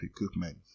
equipment